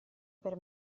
per